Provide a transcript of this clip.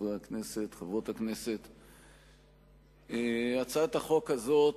חברי הכנסת, חברות הכנסת, הצעת החוק הזאת